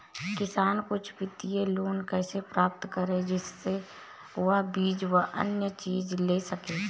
किसान कुछ वित्तीय लोन कैसे प्राप्त करें जिससे वह बीज व अन्य चीज ले सके?